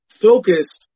focused